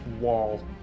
wall